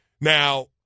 Now